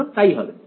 ছাত্র তাই হবে